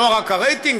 לא רק הרייטינג,